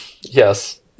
Yes